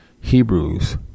Hebrews